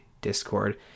Discord